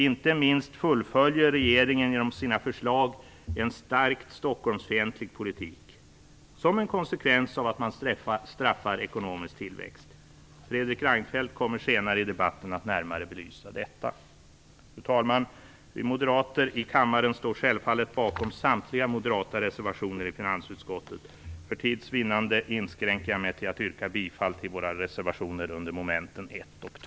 Inte minst fullföljer regeringen genom sina förslag en starkt Stockholmsfientlig politik - som en konsekvens av att man straffar ekonomisk tillväxt. Fredrik Reinfeldt kommer senare i debatten att närmare belysa detta. Fru talman! Vi moderater i kammaren står självfallet bakom samtliga moderata reservationer i finansutskottet. För tids vinnande inskränker jag mig till att yrka bifall till våra reservationer under mom. 1